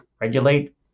regulate